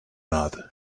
not